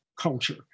culture